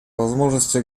возможности